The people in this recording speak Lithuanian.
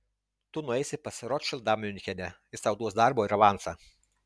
tu nueisi pas rotšildą miunchene jis tau duos darbo ir avansą